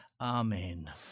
Amen